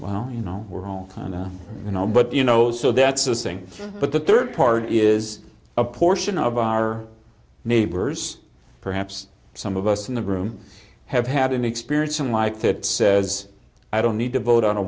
well you know we're all kind of you know but you know so that's the thing but the third part is a portion of our neighbors perhaps some of us in the room have had an experience some like that says i don't need to vote on a